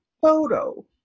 photo